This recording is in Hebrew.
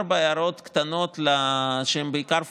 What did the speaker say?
ארבע הערות קטנות שהן בעיקר פורמליות,